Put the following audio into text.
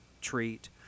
treat